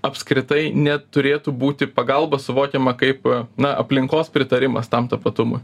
apskritai neturėtų būti pagalba suvokiama kaip na aplinkos pritarimas tam tapatumui